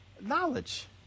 knowledge